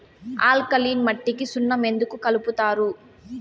alkaline మట్టికి సున్నం ఎందుకు కలుపుతారు